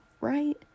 right